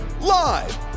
live